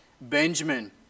benjamin